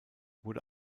wurde